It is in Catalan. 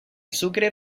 sucre